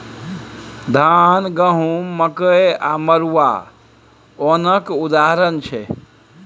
धान, गहुँम, मकइ आ मरुआ ओनक उदाहरण छै